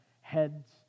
heads